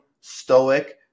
stoic